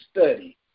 study